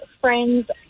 friend's